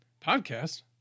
podcast